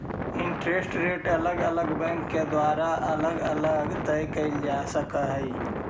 interest rate अलग अलग bank के द्वारा अलग अलग तय कईल जा सकऽ हई